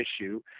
issue